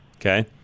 Okay